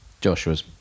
Joshua's